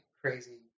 crazy